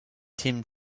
tim